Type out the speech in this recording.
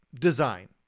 design